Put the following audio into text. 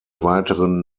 weiteren